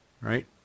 Right